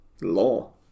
law